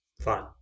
fine